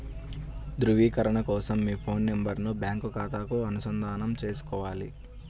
ధ్రువీకరణ కోసం మీ ఫోన్ నెంబరును బ్యాంకు ఖాతాకు అనుసంధానం చేసుకోవాలి